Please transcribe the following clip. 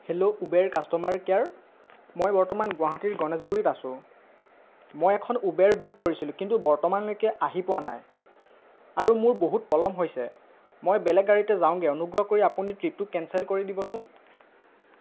hello Uber customer care মই বৰ্তমান গুৱাহাটীৰ গণেশগুৰিত আছোঁ মই এখন উবেৰ বুক কৰিছিলোঁ কিন্তু বৰ্তমানলৈকে আহি পোৱা নাই আৰু মোৰ বহুত পলম হৈছে মই বেলেগ গাড়ীতে যাওঁগৈ অনুগ্ৰহ কৰি আপুনি ট্ৰিপটো কেনচেল কৰি দিবচোন